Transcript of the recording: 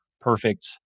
perfect